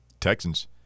Texans